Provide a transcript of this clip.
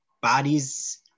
bodies